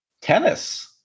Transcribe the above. tennis